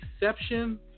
exception